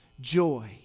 joy